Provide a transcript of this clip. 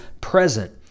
present